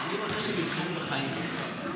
(קורא בשמות חברי הכנסת)